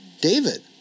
David